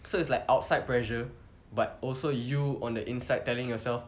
so it's like outside pressure but also you on the inside telling yourself